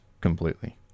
completely